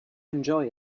enjoy